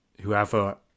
Whoever